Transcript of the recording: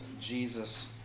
Jesus